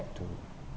to